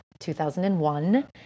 2001